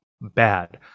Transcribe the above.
bad